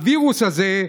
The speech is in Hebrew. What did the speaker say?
הווירוס הזה,